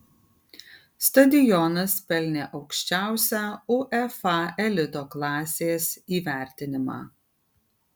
stadionas pelnė aukščiausią uefa elito klasės įvertinimą